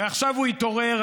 עכשיו הוא התעורר.